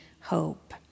hope